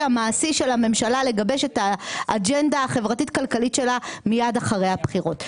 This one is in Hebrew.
המעשי של הממשלה לגבש את האג'נדה החברתית כלכלית שלה מיד אחרי הבחירות.